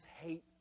hate